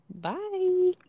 Bye